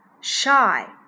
Shy